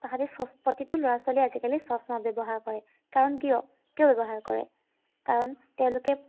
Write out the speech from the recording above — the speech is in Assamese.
তাহাঁতি চশ্ প্ৰতিটো ল'ৰা ছোৱালীয়ে আজিকালি চশমা ব্যৱহাৰ কৰে কাৰণ কিয় কিয় ব্যৱহাৰ কৰে কাৰণ তেওঁলোকে